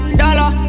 dollar